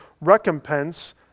recompense